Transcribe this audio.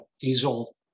diesel